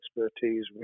expertise